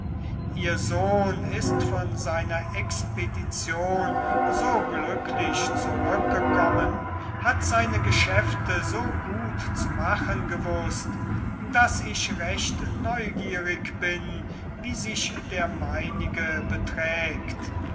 ihr sohn ist von seiner expedition so glücklich zurückgekommen hat seine geschäfte so gut zu machen gewußt daß ich recht neugierig bin wie sich der meinige beträgt